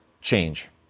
change